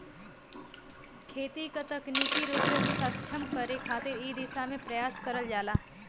खेती क तकनीकी रूप से सक्षम करे खातिर इ दिशा में प्रयास करल जाला